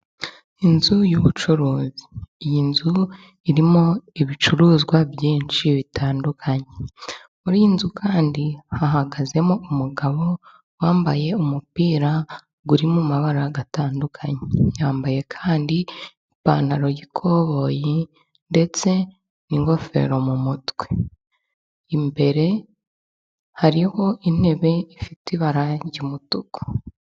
Inzu y'ubucuruzi, iyi nzu irimo ibicuruzwa byinshi bitandukanye, muri iyi nzu kandi hahagazemo umugabo wambaye umupira uri mu mabara agatandukanye, yambaye kandi ipantaro y'ikoboyi ndetse n'ingofero mu mutwe, imbere hariho intebe ifite ibara ry'umutuku.